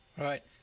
Right